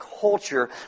culture